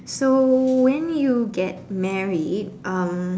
so when you get married um